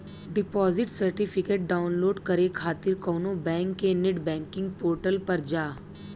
deposit certificate download करे खातिर कउनो बैंक के नेट बैंकिंग पोर्टल पर जा